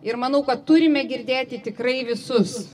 ir manau kad turime girdėti tikrai visus